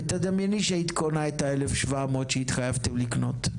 ותדמייני שהיית קונה את ה-1,700 שהתחייבתם לקנות.